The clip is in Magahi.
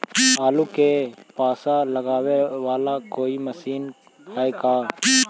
आलू मे पासा लगाबे बाला कोइ मशीन है का?